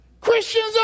Christians